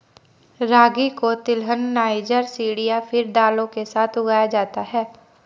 रागी को तिलहन, niger seed या फिर दालों के साथ उगाया जाता है